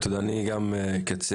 אני גם אקצר.